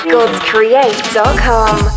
GodsCreate.com